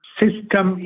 system